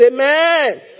Amen